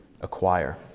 acquire